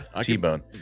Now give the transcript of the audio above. T-bone